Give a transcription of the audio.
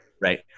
Right